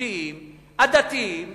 הכשרותיים והדתיים